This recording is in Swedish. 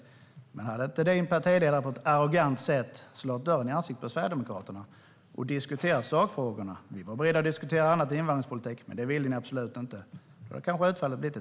Men som sagt: Hade inte din partiledare på ett arrogant sätt slagit igen dörren i ansiktet på Sverigedemokraterna utan varit beredd att diskutera sakfrågorna hade utfallet kanske blivit ett annat. Vi var beredda att diskutera annat än invandringspolitik, men ni ville absolut inte.